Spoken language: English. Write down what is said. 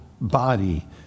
body